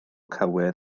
cywir